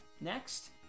next